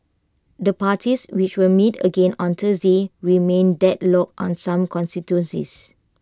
the parties which will meet again on Thursday remain deadlocked on some constituencies